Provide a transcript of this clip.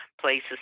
places